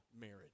marriage